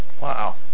Wow